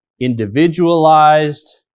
individualized